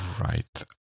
Right